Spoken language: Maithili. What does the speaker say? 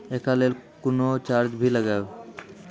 एकरा लेल कुनो चार्ज भी लागैये?